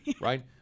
right